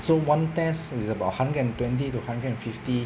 so one test is about hundred and twenty to hundred and fifty